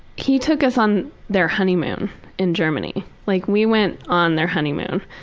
he took us on their honeymoon in germany. like we went on their honeymoon.